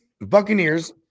Buccaneers